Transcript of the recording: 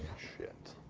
shit.